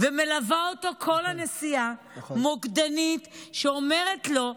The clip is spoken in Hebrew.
ומלווה אותו כל הנסיעה מוקדנית שאומרת לו,